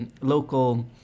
local